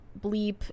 bleep